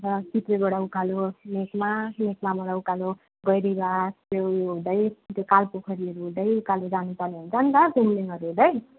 अन्त चित्रेबाट उकालो लेकमा लेकमा बाट उकालो गैरी घाट त्यो उयो हुँदै त्यो कालपोखरीहरू हुँदै उकालो जानु पर्ने हुन्छ नि त पेमलिङहरू हुँदै